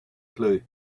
clue